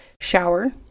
shower